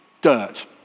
dirt